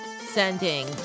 sending